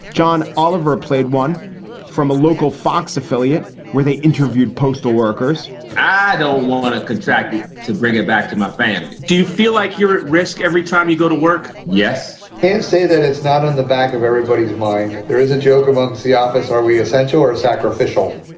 john oliver played one from a local fox affiliate where they interviewed postal workers i don't want a contract to bring it back to my family. do you feel like you're at risk every time you go to work? yes and say that it's not on the back of everybody's mind. there is a joke about the office. are we essentially are are sacrificial